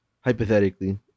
hypothetically